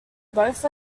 both